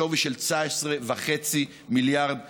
בשווי של 19.5 מיליארד שקל,